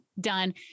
done